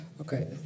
Okay